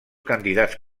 candidats